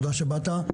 תודה שבאת.